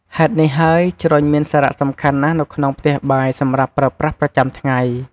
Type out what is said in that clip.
ហេតុនេះហើយ ជ្រុញមានសារៈសំខាន់ណាស់នៅក្នុងផ្ទះបាយសម្រាប់ការប្រើប្រាស់ប្រចាំថ្ងៃ។